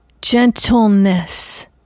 gentleness